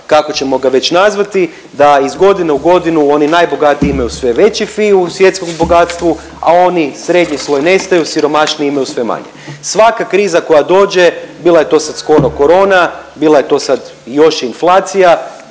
kako ćemo ga već nazvati, da iz godine u godinu oni najbogatiji imaju sve veći fi u svjetskom bogatstvu, a onaj srednji sloj nestaju, siromašniji imaju sve manje. Svaka kriza koja dođe, bila je to sad skoro korona, bila je to sad i još inflacija